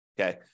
Okay